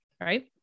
right